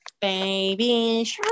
Baby